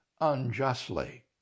unjustly